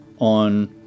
on